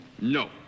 No